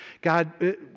God